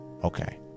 Okay